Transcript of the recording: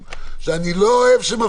שבו דיברנו על ההכרח באמון הציבור,